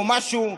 או משהו,